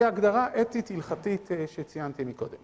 ‫כהגדרה אתית-הלכתית ‫שציינתי מקודם.